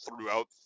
throughout